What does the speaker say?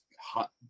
hot